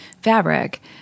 Fabric